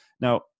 Now